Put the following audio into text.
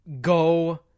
go